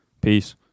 Peace